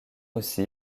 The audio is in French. aussi